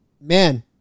man